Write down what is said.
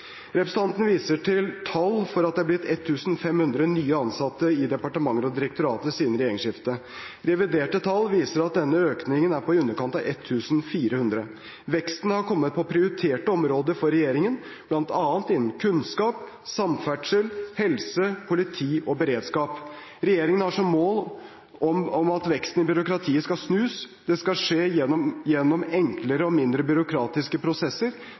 Representanten viser til tall for at det er blitt 1 500 nye ansatte i departementer og direktorater siden regjeringsskiftet. Reviderte tall viser at denne økningen er på i underkant av 1 400. Veksten har kommet på prioriterte områder for regjeringen, bl.a. innen kunnskap, samferdsel, helse, politi og beredskap. Regjeringen har som mål at veksten i byråkratiet skal snus. Det skal skje gjennom enklere og mindre byråkratiske prosesser.